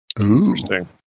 Interesting